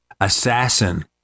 assassin